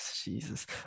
Jesus